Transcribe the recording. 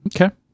Okay